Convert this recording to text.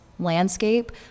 landscape